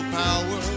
power